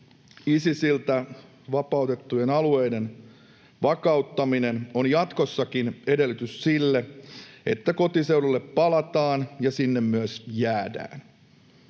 Isisiltä vapautettujen alueiden vakauttaminen on jatkossakin edellytys sille, että kotiseudulle palataan ja sinne myös jäädään.